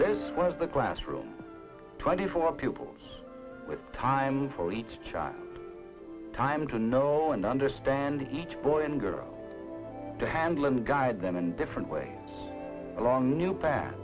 this was the classroom twenty four pupils with time for each child time to know and understand each boy and girl to handle and guide them in different ways along a new path